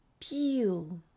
Peel